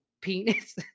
penis